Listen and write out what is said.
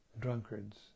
drunkards